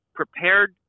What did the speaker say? prepared